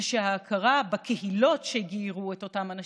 שההכרה בקהילות שגיירו את אותם אנשים,